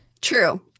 True